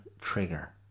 trigger